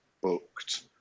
booked